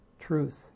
truth